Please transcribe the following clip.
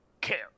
care